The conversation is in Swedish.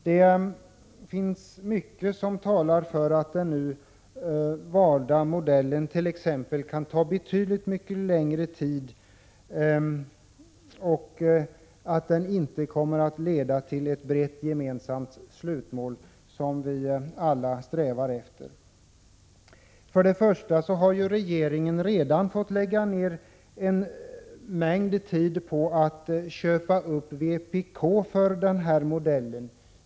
Det finns mycket som talar för att den nu valda modellen kan innebära t.ex. att arbetet tar betydligt längre tid och att det inte blir någon bred, gemensam uppslutning kring ett slutmål, som vi alla strävar efter. Först och främst har ju regeringen redan fått lägga ned mycket tid på att så att säga köpa upp vpk för den här modellen.